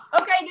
Okay